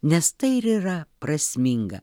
nes tai ir yra prasminga